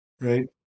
Right